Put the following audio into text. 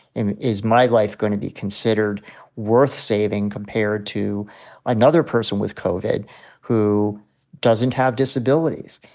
and is my life gonna be considered worth saving compared to another person with covid who doesn't have disabilities?